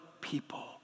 people